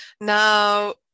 Now